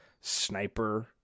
sniper